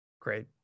Great